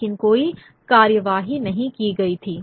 लेकिन कोई कार्यवाही नहीं की गई थी